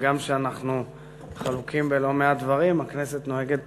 הגם שאנחנו חלוקים בלא-מעט דברים, הכנסת נוהגת